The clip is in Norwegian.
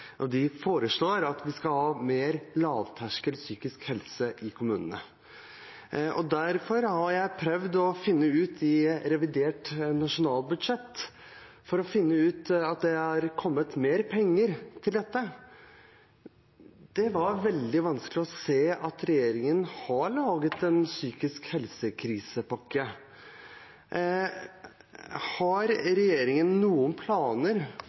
vi skal ha mer lavterskeltilbud innen psykisk helse i kommunene. Derfor har jeg prøvd å finne ut i revidert nasjonalbudsjett om det har kommet mer penger til dette. Det var veldig vanskelig å se at regjeringen har laget en krisepakke for psykisk helse. Har regjeringen noen planer